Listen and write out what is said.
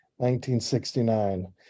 1969